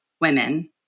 women